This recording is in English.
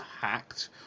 hacked